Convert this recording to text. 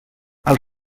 als